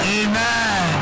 amen